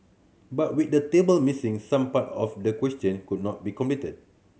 but with the table missing some part of the question could not be completed